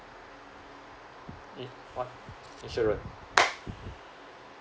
insurance